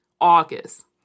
August